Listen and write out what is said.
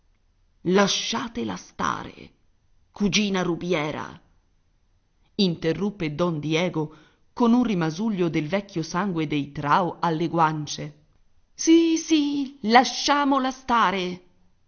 lasciatela stare cugina rubiera interruppe don diego con un rimasuglio del vecchio sangue dei trao alle guance sì sì lasciamola stare